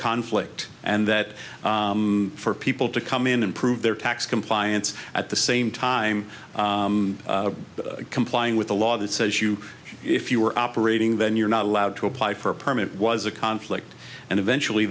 conflict and that for people to come in and prove their tax compliance at the same time complying with a law that says you if you are operating then you're not allowed to apply for a permit was a conflict and eventually